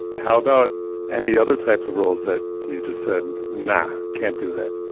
how about any other types of roles that you just said, and nah, can't do that?